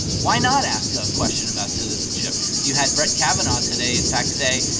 why not ask a question about citizenship? you had brett kavanaugh today, in fact, say,